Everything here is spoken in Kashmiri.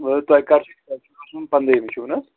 تۄہہِ کَر چھُ آسُن پنٛدہمہِ چھِو نہ حظ